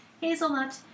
hazelnut